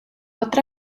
otra